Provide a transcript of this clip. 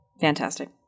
Fantastic